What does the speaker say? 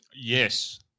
yes